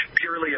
purely